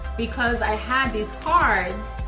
because i had these cards,